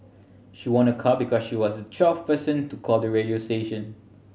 she won a car because she was the twelfth person to call the radio station